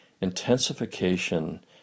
intensification